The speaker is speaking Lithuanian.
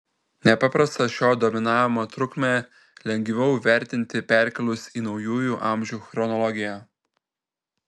nepaprastą šio dominavimo trukmę lengviau įvertinti perkėlus į naujųjų amžių chronologiją